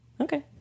Okay